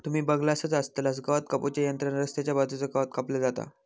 तुम्ही बगलासच आसतलास गवात कापू च्या यंत्रान रस्त्याच्या बाजूचा गवात कापला जाता